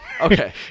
Okay